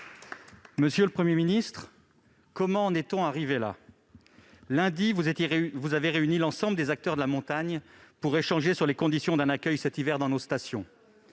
Monsieur le Premier ministre, comment en est-on arrivé là ? Lundi dernier, vous avez réuni l'ensemble des acteurs de la montagne pour échanger sur les conditions d'un accueil dans nos stations,